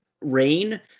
rain